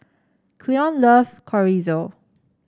Cleone love Chorizo